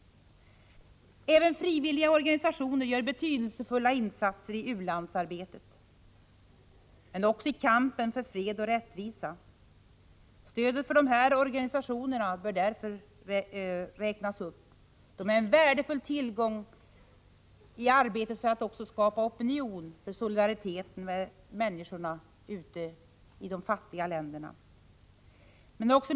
Frivilliga organisationer gör betydelsefulla insatser i u-landsarbetet och i kampen för fred och rättvisa. Stödet till dessa organisationer bör därför räknas upp. De frivilliga organisationerna är en värdefull tillgång också i arbetet för att skapa opinion för solidariteten med människorna i de fattiga länderna.